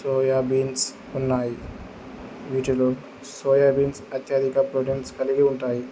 soya beans ఉన్నాయి వీటిలో soya beans అత్యధిక ప్రోటీన్స్ కలిగి ఉంటాయి